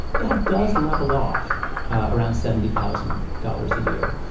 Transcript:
that does level off around seventy thousand dollars a year.